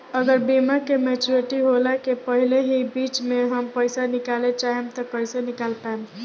अगर बीमा के मेचूरिटि होला के पहिले ही बीच मे हम पईसा निकाले चाहेम त कइसे निकाल पायेम?